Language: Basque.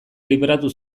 libratu